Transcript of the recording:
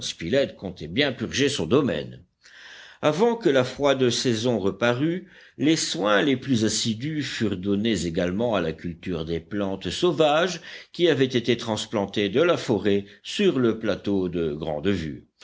spilett comptait bien purger son domaine avant que la froide saison reparût les soins les plus assidus furent donnés également à la culture des plantes sauvages qui avaient été transplantées de la forêt sur le plateau de